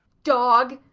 dog!